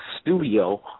studio